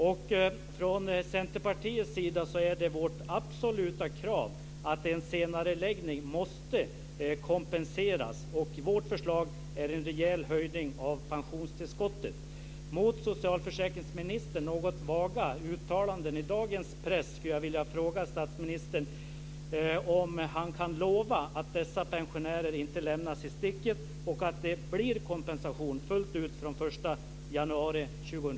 Det är ett absolut krav från Centerpartiets sida att en senareläggning måste kompenseras. Vårt förslag är en rejäl höjning av pensionstillskottet. Mot bakgrund av socialförsäkringsministerns något vaga uttalanden i dagens press skulle jag vilja fråga statsministern om han kan lova att de här pensionärerna inte lämnas i sticket och att det blir en kompensation fullt ut fr.o.m.